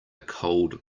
cold